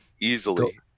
easily